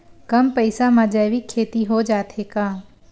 कम पईसा मा जैविक खेती हो जाथे का?